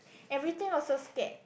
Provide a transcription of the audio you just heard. everything also scared